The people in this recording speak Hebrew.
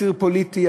אסיר פוליטי,